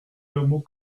hameau